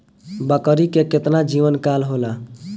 बकरी के केतना जीवन काल होला?